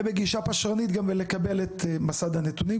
בגישה פשרנית גם בלקבל את מסד הנתונים,